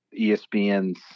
ESPN's